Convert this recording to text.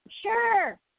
Sure